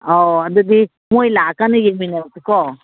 ꯑꯧ ꯑꯗꯨꯗꯤ ꯃꯣꯏ ꯂꯥꯛꯑꯀꯥꯟꯗ ꯌꯦꯡꯃꯤꯟꯅꯔꯁꯤꯀꯣ